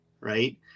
right